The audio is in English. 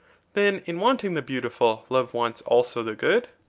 then in wanting the beautiful, love wants also the good?